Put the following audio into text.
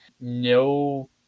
no